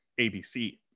ABC